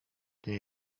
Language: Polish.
nie